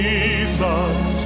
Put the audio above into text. Jesus